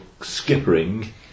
skippering